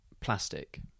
plastic